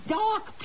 dark